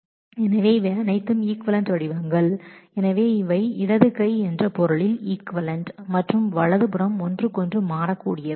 எனவே இவை அனைத்தும் ஈக்விவலெண்ட் வடிவங்கள் எனவே இவை இடது கை என்ற பொருளில் ஈக்விவலெண்ட் மற்றும் வலது புறம் ஒன்றுக்கொன்று மாறக்கூடியவை